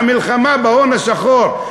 המלחמה בהון השחור,